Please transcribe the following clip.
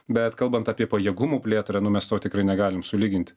bet kalbant apie pajėgumų plėtrą nu mes to tikrai negalim sulygint